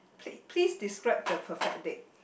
plea~ please describe the perfect date